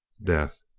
death.